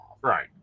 Right